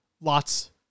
lots